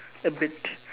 a bit